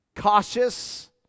Cautious